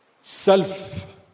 Self